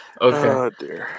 Okay